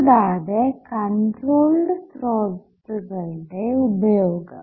കൂടാതെ കൺട്രോൾഡ് സ്രോതസ്സുകളുടെ ഉപയോഗം